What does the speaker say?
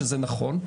שזה נכון,